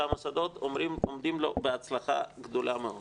והמוסדות עומדים בזה בהצלחה גדולה מאוד.